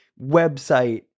website